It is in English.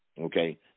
Okay